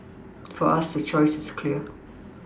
for us the choice is clear